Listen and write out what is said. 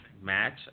match